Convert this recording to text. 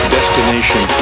Destination